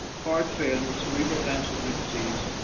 heart failure, cerebral vascular ah disease,